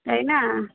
তাই না